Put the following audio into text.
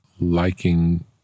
liking